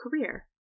career